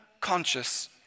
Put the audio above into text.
conscious